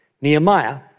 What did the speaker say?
Nehemiah